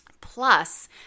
Plus